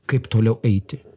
kaip toliau eiti